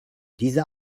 dieser